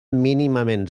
mínimament